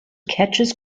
catches